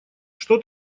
что